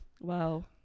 Wow